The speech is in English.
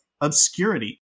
Obscurity